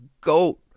goat